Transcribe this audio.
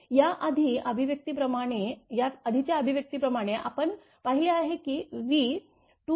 याआधीच्या अभिव्यक्तीप्रमाणे आपण पाहिले आहे की v2vfZc1Zc2